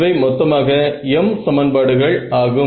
இவை மொத்தமாக m சமன்பாடுகள் ஆகும்